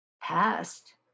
past